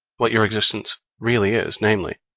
what your existence really is, namely,